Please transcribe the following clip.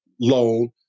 loan